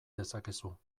dezakezu